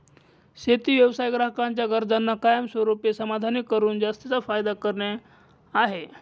शेती व्यवसाय ग्राहकांच्या गरजांना कायमस्वरूपी समाधानी करून जास्तीचा फायदा करणे आहे